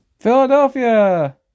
Philadelphia